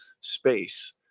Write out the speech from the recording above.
space